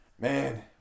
man